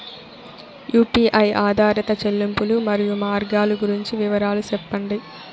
UPI ఆధారిత చెల్లింపులు, మరియు మార్గాలు గురించి వివరాలు సెప్పండి?